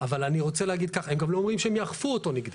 אבל אני רוצה להגיד כך: גם גם לא אומרים שהם יאכפו אותו נגדי.